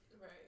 Right